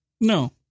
No